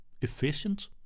efficient